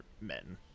men